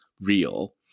real